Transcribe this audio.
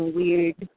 weird